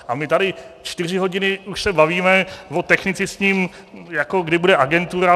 A my tady čtyři hodiny už se bavíme o technicistním, jako kdy bude agentura.